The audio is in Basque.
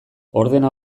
ordena